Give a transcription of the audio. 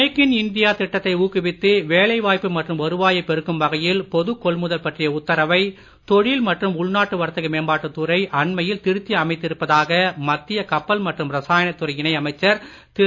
make in India திட்டத்தை ஊக்குவித்து வேலைவாய்ப்பு மற்றும் வருவாயைப் பெருக்கும் வகையில் பொதுக் கொள்முதல் பற்றிய உத்தரவை தொழில் மற்றும் உள்நாட்டு வர்த்தக மேம்பாட்டுத் துறை அண்மையில் திருத்தி அமைத்திருப்பதாக மத்திய கப்பல் மற்றும் ரசாயனத் துறை இணை அமைச்சர் திரு